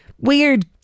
weird